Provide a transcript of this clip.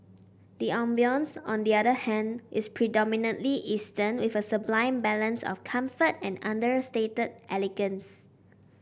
the ambience on the other hand is predominantly Eastern with a sublime balance of comfort and understated elegance